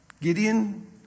Gideon